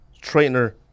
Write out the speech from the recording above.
trainer